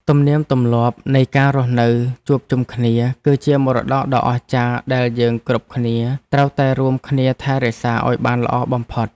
ទំនៀមទម្លាប់នៃការរស់នៅជួបជុំគ្នា គឺជាមរតកដ៏អស្ចារ្យដែលយើងគ្រប់គ្នាត្រូវតែរួមគ្នាថែរក្សាឱ្យបានល្អបំផុត។